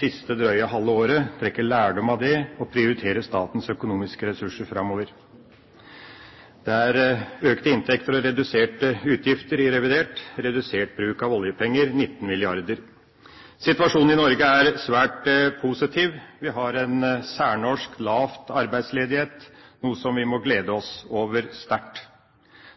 siste drøye halve året, trekke lærdom av det og prioritere statens økonomiske ressurser framover. Det er økte inntekter og reduserte utgifter i revidert. Det er redusert bruk av oljepenger med 19 mrd. kr. Situasjonen i Norge er svært positiv. Vi har en særnorsk lav arbeidsledighet, noe som vi må glede oss sterkt over.